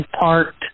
parked